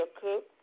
Cook